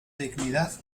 dignidad